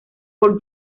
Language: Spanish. por